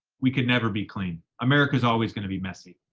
we could never be clean. america's always going to be messy.